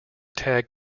tag